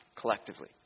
collectively